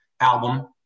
album